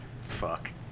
Fuck